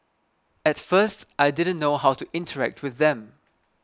at first I didn't know how to interact with them